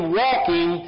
walking